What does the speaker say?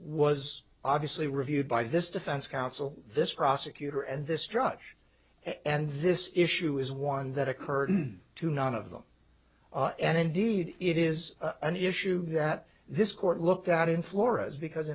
was obviously reviewed by this defense counsel this prosecutor and this judge and this issue is one that occurred to none of them and indeed it is an issue that this court looked at in flora's because